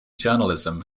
journalism